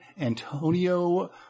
Antonio